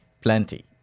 plenty